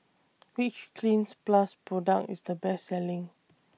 Which Cleanz Plus Product IS The Best Selling